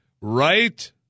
Right